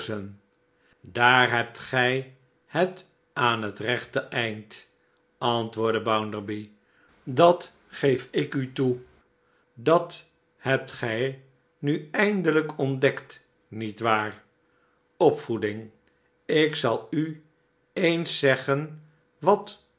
daar hebt gij het aan t rechte eind antwoordde bounderby dat geef ik u toe dat hebt gij v nu eindelijk ontdekt niet waar opvoeding ik zal u eens zeggen wat